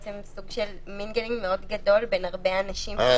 סוג של מטינגלינג מאוד גדול בין הרבה אנשים.